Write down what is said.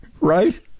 Right